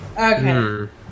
Okay